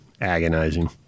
Agonizing